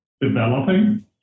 developing